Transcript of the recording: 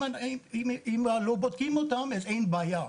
אם לא בודקים אותם, אין בעיה.